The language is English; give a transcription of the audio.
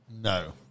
No